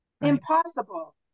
Impossible